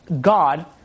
God